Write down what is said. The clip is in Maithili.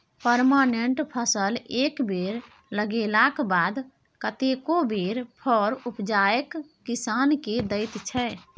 परमानेंट फसल एक बेर लगेलाक बाद कतेको बेर फर उपजाए किसान केँ दैत छै